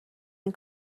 این